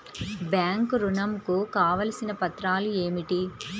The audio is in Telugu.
బ్యాంక్ ఋణం కు కావలసిన పత్రాలు ఏమిటి?